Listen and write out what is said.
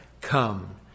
come